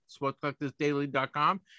Sportscollectorsdaily.com